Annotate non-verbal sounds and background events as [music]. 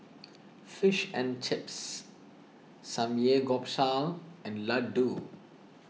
[noise] Fish and Chips Samgeyopsal and Ladoo